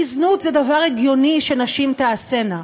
כי זנות זה דבר הגיוני שנשים תעשינה.